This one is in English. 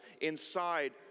inside